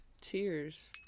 Cheers